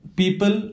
people